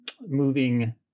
Moving